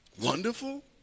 Wonderful